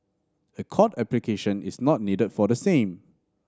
a court application is not needed for the same